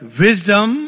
wisdom